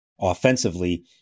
offensively